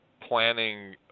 planning